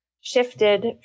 shifted